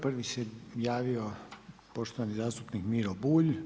Prvi se javio poštovani zastupnik Miro Bulj.